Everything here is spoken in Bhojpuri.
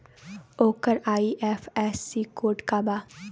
ओकर आई.एफ.एस.सी कोड का बा?